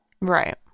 Right